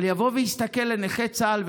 יבוא ויסתכל לנכי צה"ל,